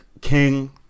king